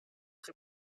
très